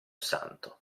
santo